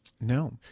no